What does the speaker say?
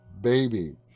baby